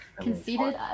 conceited